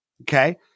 Okay